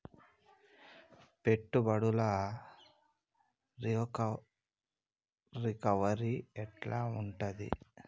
పెట్టుబడుల రికవరీ ఎట్ల ఉంటది?